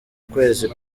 kwezi